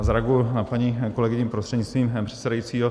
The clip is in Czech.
Já zareaguji na paní kolegyni prostřednictvím předsedajícího.